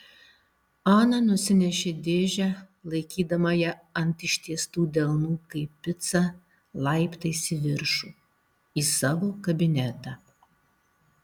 ana nusinešė dėžę laikydama ją ant ištiestų delnų kaip picą laiptais į viršų į savo kabinetą